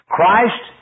Christ